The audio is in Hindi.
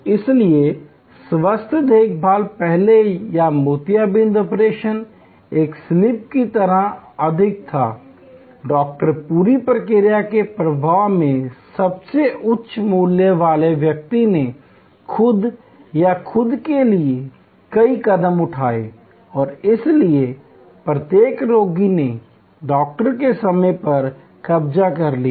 इसलिए स्वास्थ्य देखभाल पहले या मोतियाबिंद ऑपरेशन एक शिल्प की तरह अधिक था डॉक्टर पूरी प्रक्रिया के प्रवाह में सबसे उच्च मूल्य वाले व्यक्ति ने खुद या खुद के लिए कई कदम उठाए और इसलिए प्रत्येक रोगी ने डॉक्टर के समय पर कब्जा कर लिया